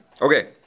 Okay